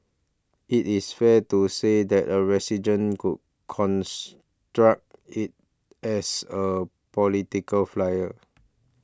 is it fair to say that a resident could construct it as a political flyer